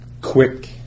quick